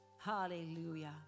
hallelujah